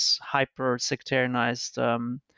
hyper-sectarianized